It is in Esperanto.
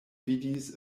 vidis